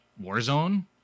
Warzone